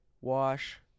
wash